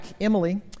Emily